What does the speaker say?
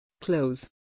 Close